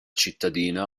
cittadina